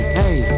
hey